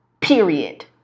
period